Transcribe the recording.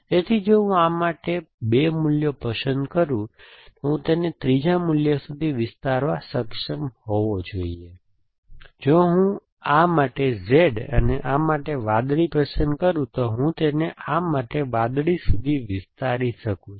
તેથી જો હું આ માટે 2 મૂલ્યો પસંદ કરું છું તો હું તેને ત્રીજા મૂલ્ય સુધી વિસ્તારવા સક્ષમ હોવો જોઈએ તેથી જો હું આ માટે Z અને આ માટે વાદળી પસંદ કરું તો હું તેને આ માટે વાદળી સુધી વિસ્તારી શકું છું